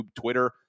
Twitter